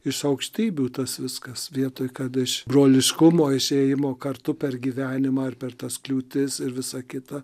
iš aukštybių tas viskas vietoj kad iš broliško iš ėjimo kartu per gyvenimą ar per tas kliūtis ir visa kita